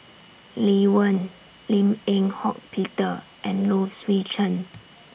Lee Wen Lim Eng Hock Peter and Low Swee Chen